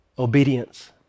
obedience